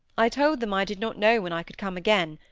i told them i did not know when i could come again,